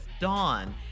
Dawn